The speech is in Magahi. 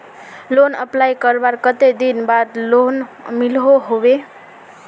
लोन अप्लाई करवार कते दिन बाद लोन मिलोहो होबे?